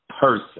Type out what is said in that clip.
person